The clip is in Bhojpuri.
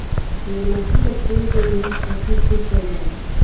सूरजमुखी के फूल के इहां खेती खूब कईल जाला